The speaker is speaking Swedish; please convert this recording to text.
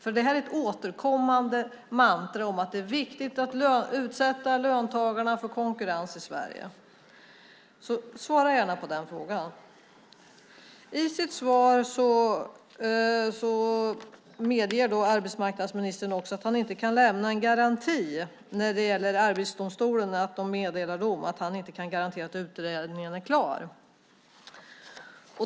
Det är annars ett återkommande mantra att det är viktigt att utsätta löntagarna i Sverige för konkurrens, så svara gärna på den frågan! I sitt svar medger arbetsmarknadsministern också att han inte kan lämna en garanti för att utredningen är klar när Arbetsdomstolen meddelar dom.